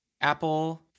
Apple